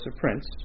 Prince